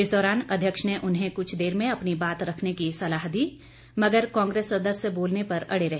इस दौरान अध्यक्ष ने उन्हें कुछ देर में अपनी बात रखने की सलाह दी मगर कांग्रेस सदस्य बोलने पर अड़े रहे